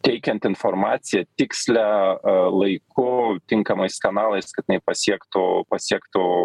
teikiant informaciją tikslią laiku tinkamais kanalais kad jinai pasiektų pasiektų